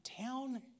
town